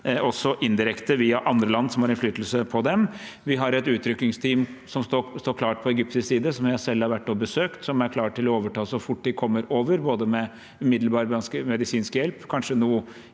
også indirekte via andre land som har innflytelse på dem. Vi har et utrykningsteam som står klart på egyptisk side, som jeg selv har vært og besøkt, og som er klart til å overta så fort de kommer over – med umiddelbar medisinsk hjelp og kanskje noe